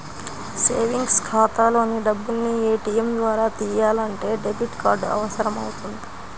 savings ఖాతాలోని డబ్బుల్ని ATM ద్వారా తియ్యాలంటే డెబిట్ కార్డు అవసరమవుతుంది